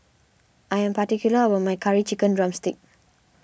I am particular about my Curry Chicken Drumstick